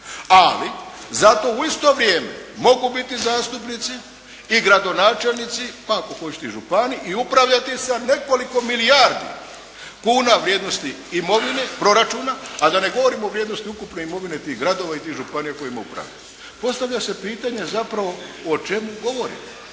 Ali zato u isto vrijeme mogu biti zastupnici i gradonačelnici pa ako hoćete i župani i upravljati sa nekoliko milijardi kuna vrijednosti imovine, proračuna. A da ne govorimo i vrijednosti ukupne imovine tih gradova i tih županija kojima upravlja. Postavlja se pitanje zapravo o čemu govorimo.